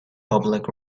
public